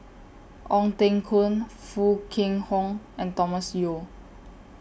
Ong Teng Koon Foo Kwee Horng and Thomas Yeo